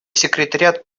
секретариат